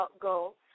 goal